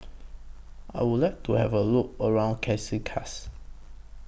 I Would like to Have A Look around